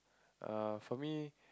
uh for me